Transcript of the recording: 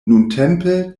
nuntempe